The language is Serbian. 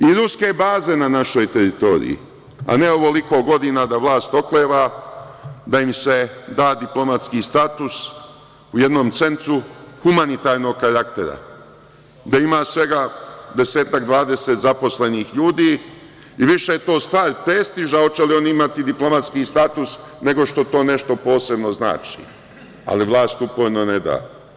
Iz Ruske baze na našoj teritoriji, a ne ovoliko godina da vlast okleva, da im se da diplomatski status u jednom centru, humanitarnog karaktera, da ima svega desetak, dvadeset zaposlenih ljudi i više je to stvar prestiža, hoće li oni imati diplomatski status nego što to nešto posebno znači, ali vlast uporno ne da.